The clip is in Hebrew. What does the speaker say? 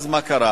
ואז מה קרה?